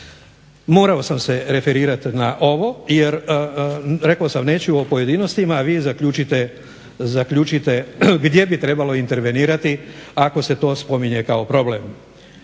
Morao sam se referirati na ovo jer rekao sam neću o pojedinostima, a vi zaključite gdje bi trebalo intervenirati ako se to spominje kao problem.